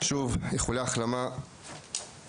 שוב, איחולי החלמה לפצועים.